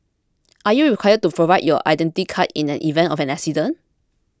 are you required to provide your Identity Card in an event of an accident